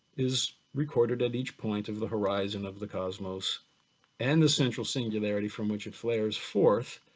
is recorded at each point of the horizon of the cosmos and the central singularity from which it flares forth,